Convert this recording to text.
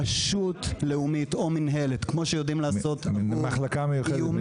רשות לאומית או מינהלת כמו שיודעים לעשות -- מחלקה מיוחדת.